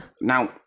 Now